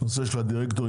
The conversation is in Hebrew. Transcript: הנושא של הדירקטורים,